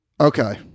Okay